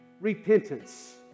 repentance